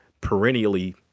perennially